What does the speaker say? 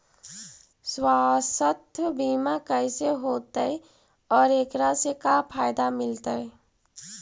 सवासथ बिमा कैसे होतै, और एकरा से का फायदा मिलतै?